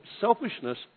selfishness